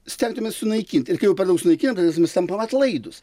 stengtumėmės sunaikint ir kai jau per daug sunaikinam tada mes tampam atlaidūs